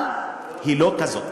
אבל היא לא כזאת.